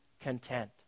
content